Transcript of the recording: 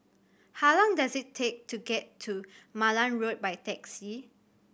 how long does it take to get to Malan Road by taxi